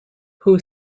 who